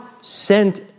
sent